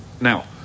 Now